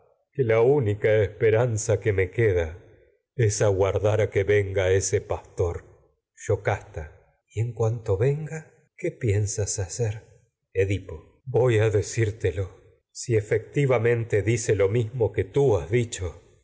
la fínica esperanza que me queda es aguardar a que venga ese pastor yocasta y en cuanto venga qué piensas hacer dice lo edipo yoy mismo que a decírtelo si efectivamente yo que tú has dicho